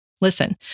Listen